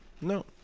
No